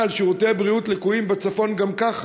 על שירותי בריאות לקויים בצפון גם ככה.